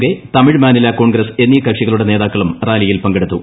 K Tamil Maanila Congress എന്നീ കക്ഷികളുടെ നേതാക്കളും റാലിയിൽ പങ്കെടുത്തു